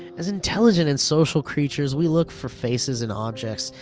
as intelligent and social creatures, we look for faces in objects,